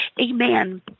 amen